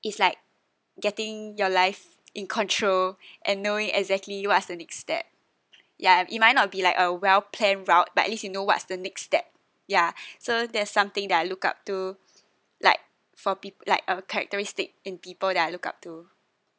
it's like getting your life in control and knowing exactly what's the next step ya it might not be like a well planned route but at least you know what's the next step ya so that's something that I look up to like for people like a characteristic in people that I look up to